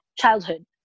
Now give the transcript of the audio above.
childhood